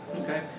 Okay